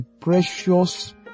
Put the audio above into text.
precious